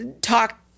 talk